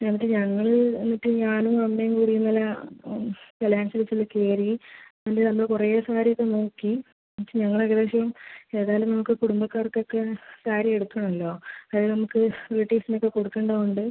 എന്നിട്ട് ഞങ്ങൾ എന്നിട്ട് ഞാനും അമ്മയും കൂടി ഇന്നലെ കല്യാൺ സിൽക്സിൽ കയറി എന്നിട്ട് ഞങ്ങൾ കുറേ സാരി ഒക്കെ നോക്കി എന്നിട്ട് ഞങ്ങൾ ഏകദേശം ഏതായാലും ഞങ്ങൾക്ക് കുടുംബക്കാർകൊക്കെ സാരി എടുക്കണമല്ലോ അതായത് നമുക്ക് ബ്യൂട്ടീഷനൊക്കെ കൊടുക്കേണ്ടതുണ്ട്